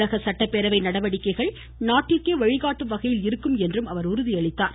தமிழக சட்டப்பேரவை நடவடிக்கைகள் நாட்டிற்கே வழிகாட்டும் வகையில் இருக்கும் என்றும் அவர் உறுதியளித்தார்